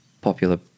popular